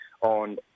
on